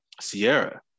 Sierra